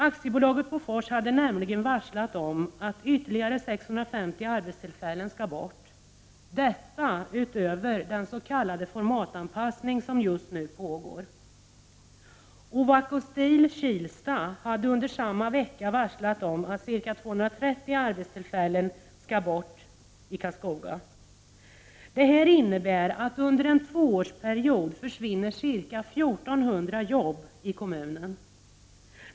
AB Bofors hade nämligen varslat om att ytterligare 650 arbetstillfällen skall bort — detta utöver den s.k. formatanpassning som just nu pågår. Ovako Steel Kilsta AB hade under samma vecka varslat om att ca 230 arbetstillfällen skall bort i Karlskoga. Detta innebär, att under en tvåårsperiod försvinner ca 1400 jobb i kommunen.